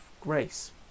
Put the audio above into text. grace